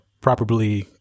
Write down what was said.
properly